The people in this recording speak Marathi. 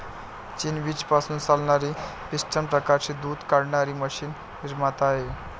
चीन वीज पासून चालणारी पिस्टन प्रकारची दूध काढणारी मशीन निर्माता आहे